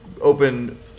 open